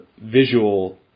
visual